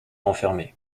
renfermait